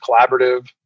collaborative